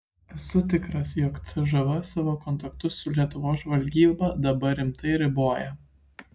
esu tikras jog cžv savo kontaktus su lietuvos žvalgyba dabar rimtai riboja